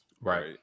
right